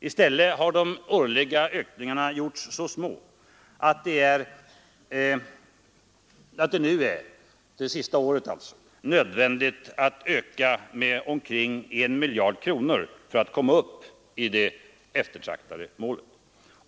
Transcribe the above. I stället har de årliga ökningarna gjorts så små, att det nu det här sista året är nödvändigt med en ökning på omkring 1 miljard kronor för att vi skall komma upp till det eftertraktade målet.